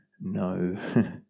No